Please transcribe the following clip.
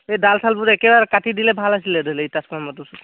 এই ডাল চালবোৰ একেবাৰে কাটি দিলে ভাল আছিলে ধৰি লওক এই ট্ৰেঞ্চফৰ্মাৰ